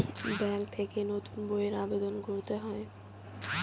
bank থেকে নতুন বইয়ের আবেদন করতে হয়